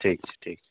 ठीक छै ठीक छै